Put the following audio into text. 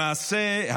למעשה,